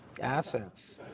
assets